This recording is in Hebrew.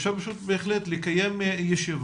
אפשר פשוט בהחלט לקיים ישיבה,